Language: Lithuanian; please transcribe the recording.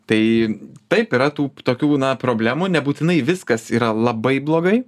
tai taip yra tų tokių na problemų nebūtinai viskas yra labai blogai